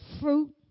fruit